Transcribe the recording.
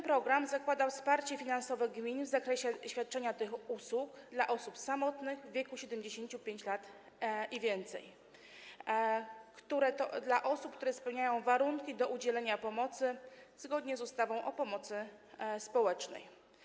Program zakłada wsparcie finansowe gmin w zakresie świadczenia tych usług dla osób samotnych, w wieku 75 lat i więcej, które spełniają warunki do udzielenia pomocy zgodnie z ustawą o pomocy społecznej.